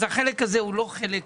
אז החלק הזה לא בעייתי,